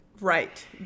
Right